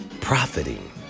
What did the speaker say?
profiting